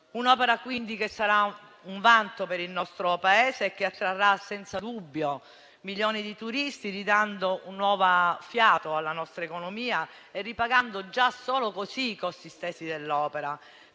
un'opera che sarà un vanto per il nostro Paese e attrarrà senza dubbio milioni di turisti ridando nuovo fiato alla nostra economia e ripagando già solo così i suoi stessi costi.